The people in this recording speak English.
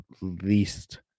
least